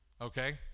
okay